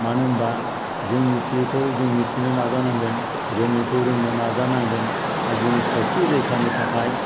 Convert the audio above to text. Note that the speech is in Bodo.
मानो होनबा जों मिथियैखौ जों मिथिनो नाजानांगोन रोङैखौ रोंनो नाजानांगोन आरो जोंनि सावस्रि रैखानि थाखाय